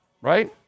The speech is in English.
right